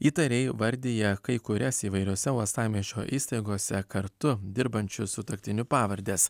įtariai vardija kai kurias įvairiose uostamiesčio įstaigose kartu dirbančių sutuoktinių pavardes